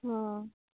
অঁ